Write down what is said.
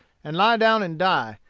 and lie down and die,